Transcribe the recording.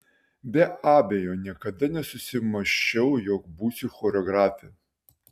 be abejo niekada nesusimąsčiau jog būsiu choreografė